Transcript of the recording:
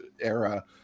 era